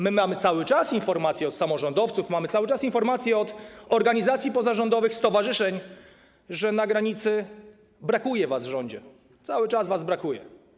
Mamy cały czas informacje od samorządowców, mamy cały czas informacje od organizacji pozarządowych, stowarzyszeń, że na granicy brakuje was, rządzie, cały czas was brakuje.